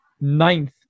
Ninth